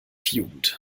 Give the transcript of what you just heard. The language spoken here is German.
jugend